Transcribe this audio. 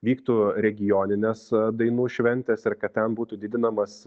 vyktų regioninės dainų šventės ir kad ten būtų didinamas